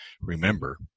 remember